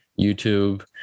YouTube